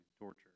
torture